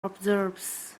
observes